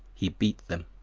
he beat them